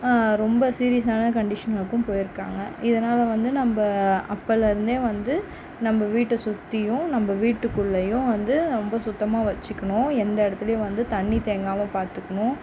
ரொம்ப சீரியஸான கண்டிஷனுக்கும் போய்ருக்காங்க இதனால் வந்து நம்ப அப்போலருந்தே வந்து நம்ப வீட்டை சுற்றியும் நம்ப வீட்டுக்குள்ளையும் வந்து ரொம்ப சுத்தமாக வச்சிக்கணும் எந்த இடத்துலையும் வந்து தண்ணி தேங்காமல் பார்த்துக்கணும்